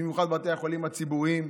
במיוחד בתי החולים הציבוריים.